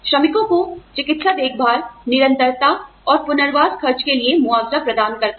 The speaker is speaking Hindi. श्रमिकों को चिकित्सा देखभाल निरंतरता और पुनर्वास खर्च के लिए मुआवजा प्रदान करता है